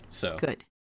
Good